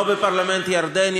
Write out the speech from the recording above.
לא בפרלמנט ירדני.